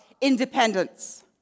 independence